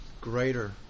greater